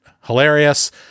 hilarious